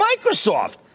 microsoft